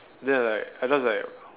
then I like I just like